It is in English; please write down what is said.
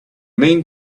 mean